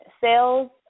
sales